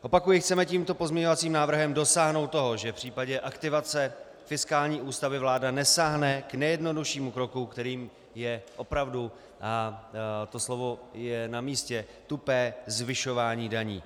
Opakuji, chceme tímto pozměňovacím návrhem dosáhnout toho, že v případě aktivace fiskální ústavy vláda nesáhne k nejjednoduššímu kroku, kterým je opravdu, a to slovo je namístě, tupé zvyšování daní.